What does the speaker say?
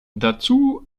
dazu